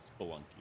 Spelunky